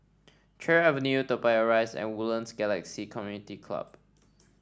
Cherry Avenue Toa Payoh Rise and Woodlands Galaxy Community Club